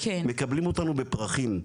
מקבלים אותנו בפרחים,